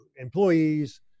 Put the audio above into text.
employees